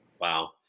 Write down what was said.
Wow